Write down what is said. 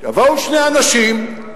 יבואו שני אנשים,